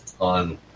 on